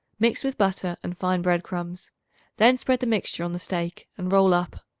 mix with butter and fine bread-crumbs then spread the mixture on the steak, and roll up.